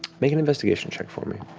make an investigation check for me.